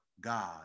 God